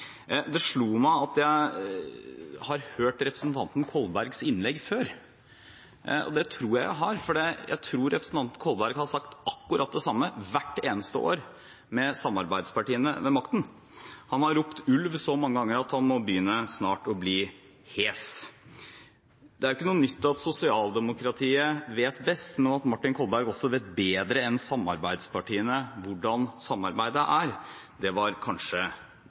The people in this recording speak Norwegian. Det slo meg at jeg har hørt representanten Kolbergs innlegg før, og det tror jeg at jeg har, for jeg tror at representanten Kolberg har sagt akkurat det samme hvert eneste år med samarbeidspartiene ved makten. Han har ropt «ulv» så mange ganger at han etter hvert må begynne å bli hes. Det er jo ikke noe nytt at sosialdemokratiet vet best, men at Martin Kolberg også vet bedre enn samarbeidspartiene hvordan samarbeidet er, det var kanskje